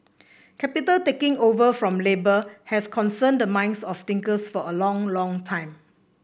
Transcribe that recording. capital taking over from labour has concerned the minds of thinkers for a long long time